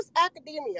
academia